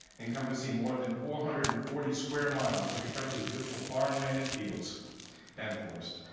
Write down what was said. encompassing more than four hundred and forty square miles of incredibly beautiful farmland and fields and forest.